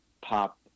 pop